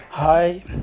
Hi